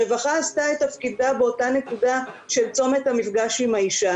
הרווחה עשתה את תפקידה באותה נקודה של צומת המפגש עם האישה.